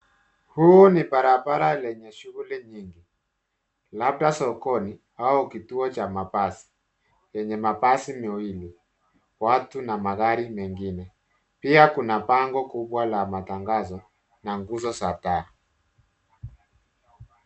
Huu ni barabara lenye shughuli nyingi labda sokoni au kituo cha mabasi yenye mabasi mawili, watu na magari mengine. Pia kuna bango kubwa la matangazo na nguzo za taa.